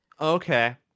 okay